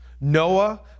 Noah